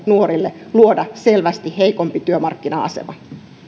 nuorille luoda selvästi heikompi työmarkkina asema